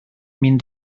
mynd